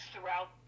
throughout